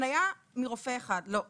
הפניה מרופא אחד לא,